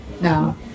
no